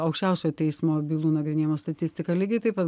aukščiausiojo teismo bylų nagrinėjimo statistiką lygiai taip pat